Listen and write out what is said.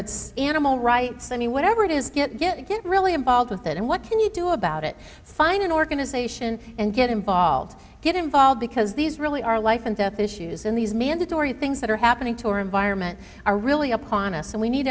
it's animal rights any whatever it is get get it get really involved with it and what can you do about it find an organization and get involved get involved because these really are life and death issues in these mandatory things that are happening to our environment are really upon us and we need